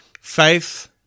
Faith